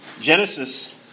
Genesis